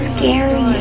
Scary